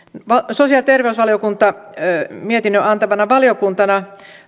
sosiaali ja terveysvaliokunta mietinnön antavana valiokuntana